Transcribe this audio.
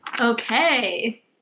Okay